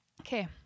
Okay